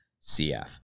CF